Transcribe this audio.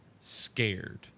scared